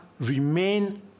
remain